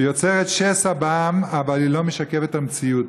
הוא יוצר שסע בעם אבל הוא לא משקף את המציאות.